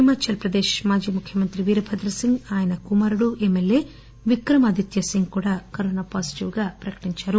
హిమాచల్ ప్రదేశ్ మాజీ ముఖ్యమంత్రి వీరభద్ర సింగ్ ఆయన కుమారుడు ఎమ్మెల్యే విక్రమాదిత్య సింగ్ కూడా కరోనా పాజిటివ్ గా నిర్దారణ అయింది